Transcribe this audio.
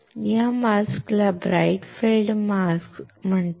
या मास्कला bright field mask म्हणतात